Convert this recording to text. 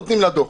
נותנים לה דוח.